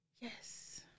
Yes